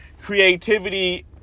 creativity